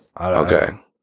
Okay